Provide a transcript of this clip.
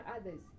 others